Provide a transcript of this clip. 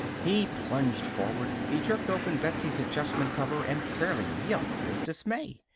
he plunged forward. he jerked open betsy's adjustment-cover and fairly yelped his dismay.